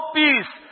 peace